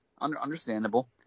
Understandable